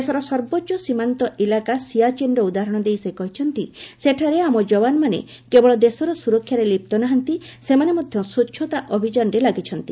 ଦେଶର ସର୍ବୋଚ୍ଚ ସୀମାନ୍ତ ଇଲାକା ସିଆଚେନ୍ର ଉଦାହରଣ ଦେଇ ସେ କହିଛନ୍ତି ସେଠାରେ ଆମ ଯବାନମାନେ କେବଳ ଦେଶର ସୁରକ୍ଷାରେ ଲିପ୍ତ ନାହାନ୍ତି ସେମାନେ ମଧ୍ୟ ସ୍ପଚ୍ଛତା ଅଭିଯାନରେ ଲାଗିଛନ୍ତି